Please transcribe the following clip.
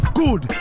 good